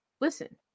Listen